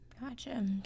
gotcha